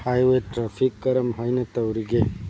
highway traffic ꯀꯔꯝꯍꯥꯏꯅ ꯇꯧꯔꯤꯒꯦ